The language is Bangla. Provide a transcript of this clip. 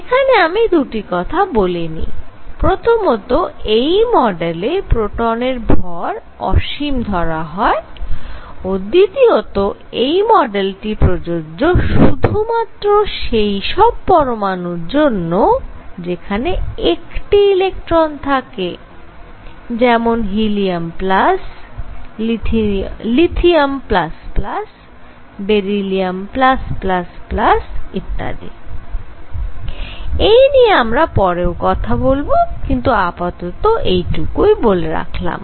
এখানে আমি দুটি কথা বলে নিই প্রথমত এই মডেলে প্রোটনের ভর অসীম ধরা হয় ও দ্বিতীয়ত এই মডেলটি প্রযোজ্য শুধুমাত্র সেই সব পরমাণুর জন্য যেখানে একটি ইলেকট্রন থাকে যেমন He Li Be ইত্যাদি এই নিয়ে আমরা পরেও কথা বলব কিন্তু আপাতত এটুকুই বলে রাখলাম